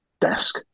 desk